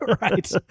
Right